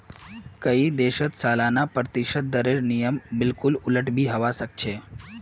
कई देशत सालाना प्रतिशत दरेर नियम बिल्कुल उलट भी हवा सक छे